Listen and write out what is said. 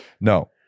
No